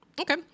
Okay